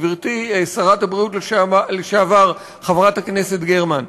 גברתי שרת הבריאות לשעבר חברת הכנסת גרמן,